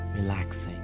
relaxing